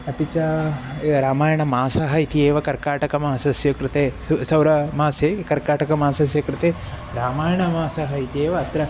अपि च एकः रामायणमासः इति एव कर्कटकमासस्य कृते सः सौरमासे कर्कटकमासस्य कृते रामायणमासः इत्येव अत्र